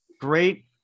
great